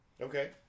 Okay